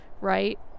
right